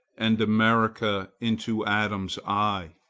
and america into adams's eye.